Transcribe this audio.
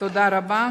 תודה רבה.